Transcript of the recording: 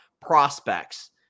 prospects